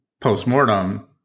post-mortem